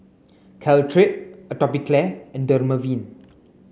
Caltrate Atopiclair and Dermaveen